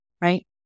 right